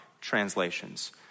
translations